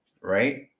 right